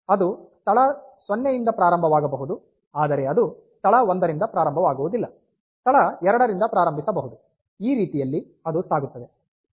ಅದು ಸ್ಥಳ 0 ರಿಂದ ಪ್ರಾರಂಭವಾಗಬಹುದು ಆದರೆ ಅದು ಸ್ಥಳ 1 ರಿಂದ ಪ್ರಾರಂಭವಾಗುವುದಿಲ್ಲ ಸ್ಥಳ 2 ರಿಂದ ಪ್ರಾರಂಭಿಸಬಹುದು ಈ ರೀತಿಯಲ್ಲಿ ಅದು ಸಾಗುತ್ತದೆ